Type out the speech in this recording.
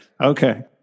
Okay